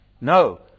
No